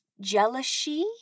jealousy